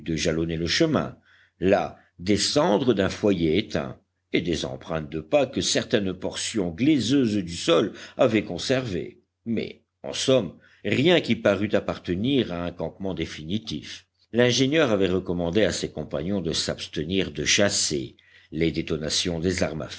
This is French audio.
jalonner le chemin là des cendres d'un foyer éteint et des empreintes de pas que certaines portions glaiseuses du sol avaient conservées mais en somme rien qui parût appartenir à un campement définitif l'ingénieur avait recommandé à ses compagnons de s'abstenir de chasser les détonations des armes